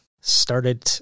Started